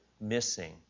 missing